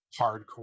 hardcore